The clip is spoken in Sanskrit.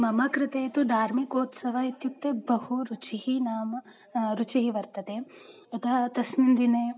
मम कृते तु धार्मिकोत्सवः इत्युक्ते बहु रुचिः नाम रुचिः वर्तते यथा तस्मिन् दिने